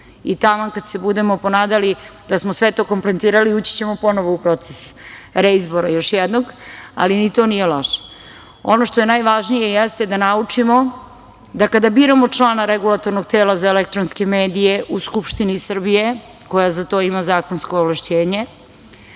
i taman kad se budemo ponadali da smo sve to kompletirali ući ćemo ponovo u proces reizbora još jednog, ali ni to nije loše. Ono što je najvažnije jeste da naučimo da kada biramo člana Regulatornog tela za elektronske medije u Skupštini Srbije, koja za to ima zakonsko ovlašćenje